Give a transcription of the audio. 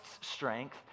strength